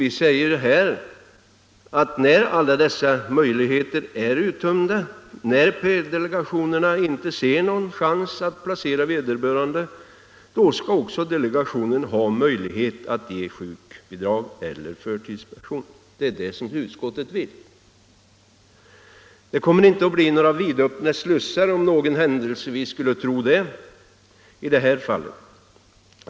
Vi säger att när alla dessa möjligheter är uttömda, när pensionsdelegationerna inte ser någon chans att placera vederbörande, då skall de också ha möjlighet att ge sjukbidrag eller förtidspension. Det är det som utskottet vill. Det kommer inte att bli några vidöppna slussar om någon händelsevis skulle tro det.